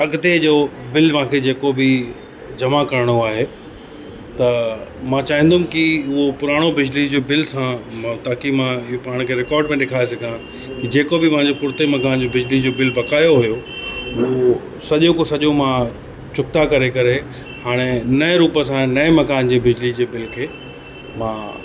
अॻते जो बिल मांखे जेको बि जमा करिणो आहे त मां चाहींदुमि कि उहो पुराणो बिजली जो बिल सां मां ताकि मां इहे पाण खे रिकॉर्ड में ॾेखारे सघां कि जेको बि मांजे पुरते मकान जो बिजली जो बिल बकायो हुओ उहो सॼो को सॼो मां चुकता करे करे हाणे नएं रूप सां नएं मकान जे बिजली जे बिल खे मां